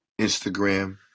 Instagram